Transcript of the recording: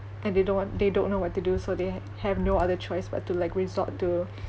and they don't wan~ they don't know what to do so they ha~ have no other choice but to like resort to